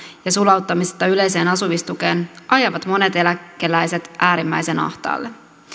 ja sulauttamisesta yleiseen asumistukeen ajavat monet eläkeläiset äärimmäisen ahtaalle